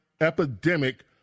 epidemic